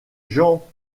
jean